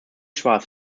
schwarz